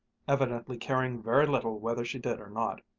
evidently caring very little whether she did or not.